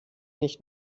nicht